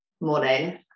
morning